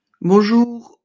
Bonjour